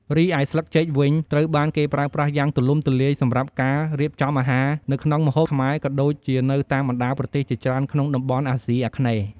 រីឯ ស្លឹកចេក វិញត្រូវបានគេប្រើប្រាស់យ៉ាងទូលំទូលាយសម្រាប់ការ រៀបចំអាហារ នៅក្នុងម្ហូបខ្មែរ ក៏ដូចជានៅតាមបណ្ដាប្រទេសជាច្រើនក្នុងតំបន់អាស៊ីអាគ្នេយ៍។